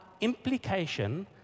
implication